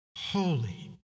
holy